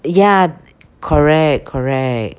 ya correct correct